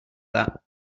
that